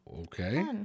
Okay